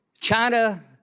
China